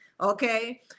Okay